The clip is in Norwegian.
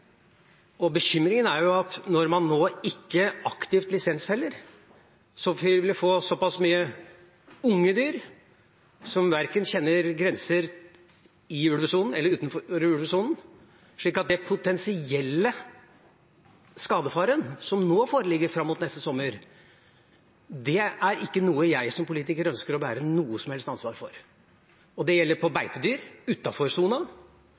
og bekymringen er at når man nå ikke aktivt lisensfeller, vil vi få såpass mange unge dyr som ikke kjenner grenser – verken i ulvesonen eller utenfor ulvesonen. Så den potensielle faren for skade som foreligger fram mot neste sommer, er ikke noe jeg som politiker ønsker å bære noe som helst ansvar for. Det gjelder skade på